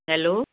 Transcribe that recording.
hello